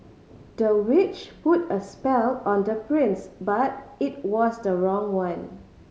the witch put a spell on the prince but it was the wrong one